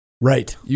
Right